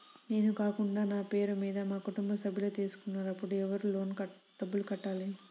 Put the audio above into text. నేను కాకుండా నా పేరు మీద మా కుటుంబ సభ్యులు తీసుకున్నారు అప్పుడు ఎవరు లోన్ డబ్బులు కట్టాలి?